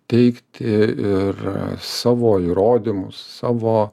teikti ir savo įrodymus savo